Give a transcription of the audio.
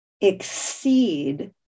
exceed